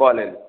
call এল